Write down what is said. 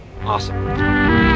Awesome